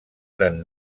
gran